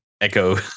echo